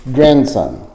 Grandson